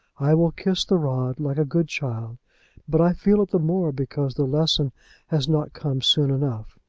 i will kiss the rod like a good child but i feel it the more because the lesson has not come soon enough.